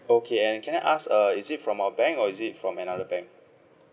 okay and can I ask uh is it from our bank or is it from another bank